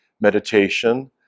meditation